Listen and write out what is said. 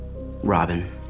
Robin